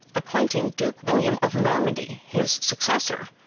appointing duke william of normandy his successor,